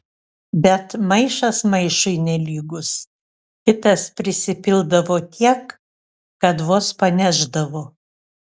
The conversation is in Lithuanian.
bet maišas maišui nelygus kitas prisipildavo tiek kad vos panešdavo